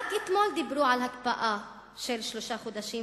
רק אתמול דיברו על הקפאה לשלושה חודשים,